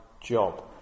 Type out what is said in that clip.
job